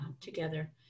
together